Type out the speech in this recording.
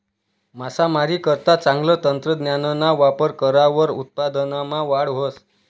मासामारीकरता चांगलं तंत्रज्ञानना वापर करावर उत्पादनमा वाढ व्हस